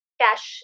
cash